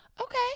okay